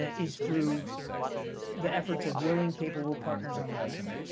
ah is through the efforts of willing, capable partners on the ground.